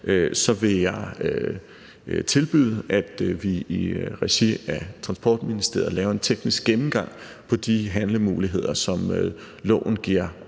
så vil jeg tilbyde, at vi i regi af Transportministeriet laver en teknisk gennemgang af de handlemuligheder, som loven giver